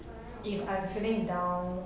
if I'm feeling down